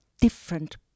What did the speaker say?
different